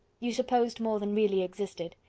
you supposed more than really existed.